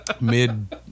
Mid